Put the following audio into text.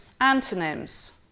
antonyms